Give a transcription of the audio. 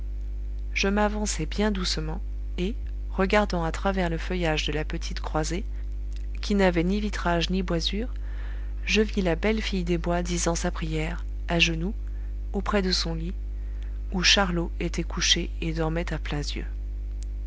je m'avançai bien doucement et regardant à travers le feuillage de la petite croisée qui n'avait ni vitrage ni boisure je vis la belle fille des bois disant sa prière à genoux auprès de son lit où charlot était couché et dormait à pleins yeux